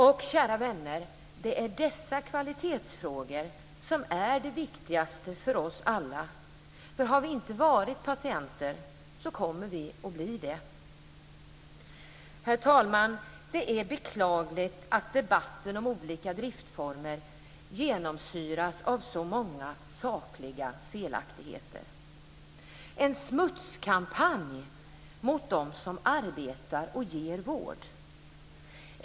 Och, kära vänner, det är dessa kvalitetsfrågor som är det viktigaste för oss alla, för har vi inte varit patienter kommer vi att bli det! Herr talman! Det är beklagligt att debatten om olika driftformer genomsyras av så många sakliga felaktigheter, en smutskampanj mot dem som arbetar och ger vård.